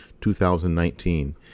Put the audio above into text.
2019